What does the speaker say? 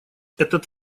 этот